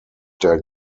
der